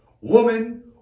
Woman